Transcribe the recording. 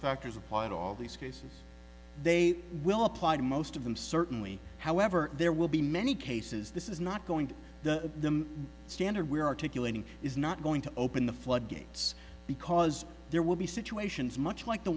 factors apply to all these cases they will apply to most of them certainly however there will be many cases this is not going to the standard we're articulating is not going to open the floodgates because there will be situations much like the